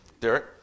Derek